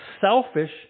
selfish